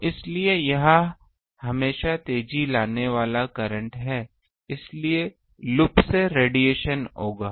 तो इसीलिए यह हमेशा तेजी लाने वाला करंट है इसलिए लूप से रेडिएशन होगा